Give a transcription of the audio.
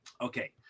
Okay